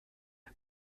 die